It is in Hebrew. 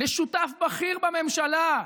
לשותף בכיר בממשלה,